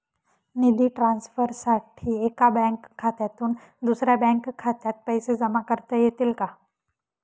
निधी ट्रान्सफरसाठी एका बँक खात्यातून दुसऱ्या बँक खात्यात पैसे जमा करता येतील का?